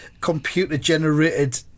computer-generated